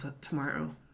tomorrow